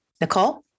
Nicole